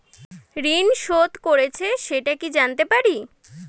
ঋণ শোধ করেছে সেটা কি জানতে পারি?